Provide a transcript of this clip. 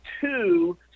two